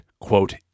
quote